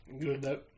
Good